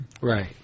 Right